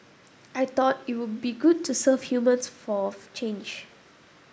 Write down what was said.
I thought it would be good to serve humans for a change